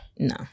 No